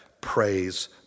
praise